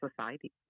society